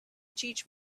teach